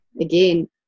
Again